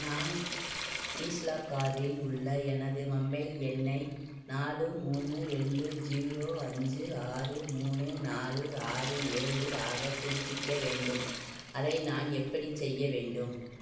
நான் டிஜிலாக்காரில் உள்ள எனது மொபைல் எண்ணை நாலு மூணு ரெண்டு ஜீரோ அஞ்சு ஆறு மூணு நாலு ஆறு ஏழு ஆக புதுப்பிக்க வேண்டும் அதை நான் எப்படிச் செய்ய வேண்டும்